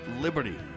liberty